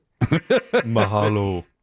Mahalo